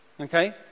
Okay